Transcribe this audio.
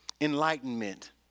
enlightenment